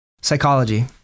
psychology